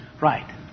Right